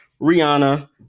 Rihanna